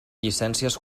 llicències